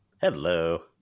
Hello